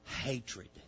Hatred